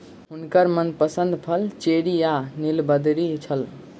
हुनकर मनपसंद फल चेरी आ नीलबदरी छल